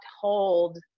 hold